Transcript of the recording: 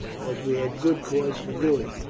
as we had good cause for doing,